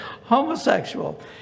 homosexual